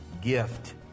gift